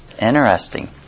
Interesting